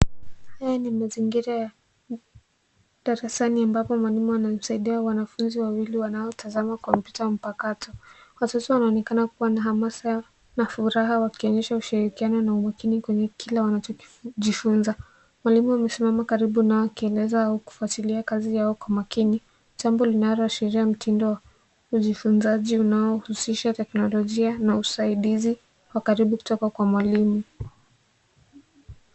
Haya ni mazingira ya darasani ambapo mwalimu anamsaidia wanafunzi wanaotazama kompyuta mpakato. Kwa sasa wanaonekana kuwa na hamasa na furaha wakionyesha ushirikiano na umakini kwenye kile wanachojifunza. Malimu amesimama karibu nao akieleza au kufuatilia kazi yao kwa makini jambo linaloashiria mtindo wa ujifunzaji unaohusisha teknolojia na usaidizi wa karibu kutoka kwa mwalimu.